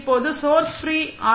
இப்போது source free R